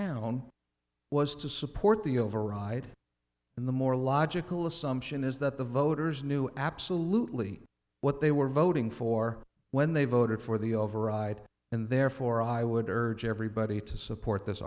town was to support the override and the more logical assumption is that the voters knew absolutely what they were voting for when they voted for the override and therefore i would urge everybody to support this